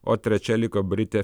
o trečia liko britė